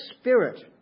spirit